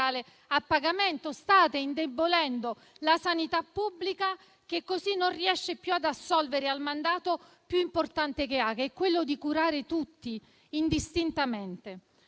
a pagamento. State indebolendo la sanità pubblica, che così non riesce più ad assolvere al mandato più importante che ha, cioè quello di curare tutti indistintamente.